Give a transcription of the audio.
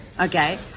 Okay